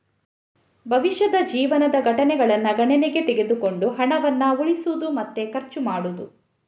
ಭವಿಷ್ಯದ ಜೀವನದ ಘಟನೆಗಳನ್ನ ಗಣನೆಗೆ ತೆಗೆದುಕೊಂಡು ಹಣವನ್ನ ಉಳಿಸುದು ಮತ್ತೆ ಖರ್ಚು ಮಾಡುದು